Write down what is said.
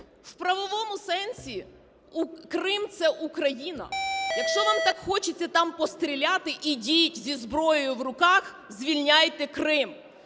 В правовому сенсі Крим – це Україна. Якщо вам так хочеться там постріляти, ідіть зі зброєю в руках, звільняйте Крим.